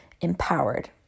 empowered